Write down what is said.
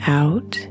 out